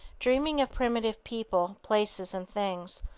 dreaming of primitive people, places and things,